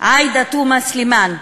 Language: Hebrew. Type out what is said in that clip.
עאידה תומא סלימאן,